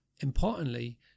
importantly